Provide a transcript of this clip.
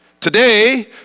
Today